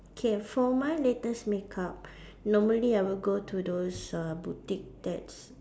K for my latest makeup normally I would go to those uh boutique that's